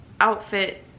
Outfit